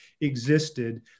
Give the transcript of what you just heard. existed